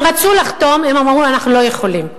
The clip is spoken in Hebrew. הם רצו לחתום והם אמרו: אנחנו לא יכולים.